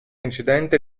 incidente